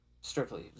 strictly